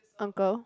uncle